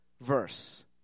verse